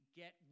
get